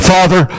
Father